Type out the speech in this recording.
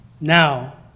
Now